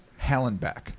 Hallenbeck